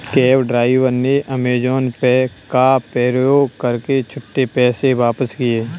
cab driver ने Amazon Pay का प्रयोग कर छुट्टे पैसे वापस किए